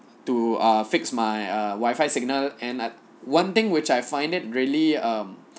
to uh fixed my uh wi-fi signal and I one thing which I find it really um